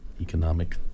economic